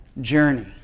journey